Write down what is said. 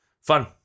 fun